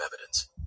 evidence